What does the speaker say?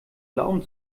glauben